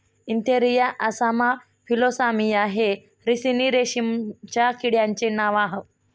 Antheraea assama Philosamia हे ricini रेशीमच्या किड्यांचे नाव आह